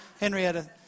Henrietta